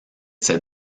ses